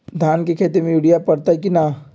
धान के खेती में यूरिया परतइ कि न?